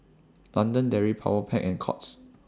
London Dairy Powerpac and Courts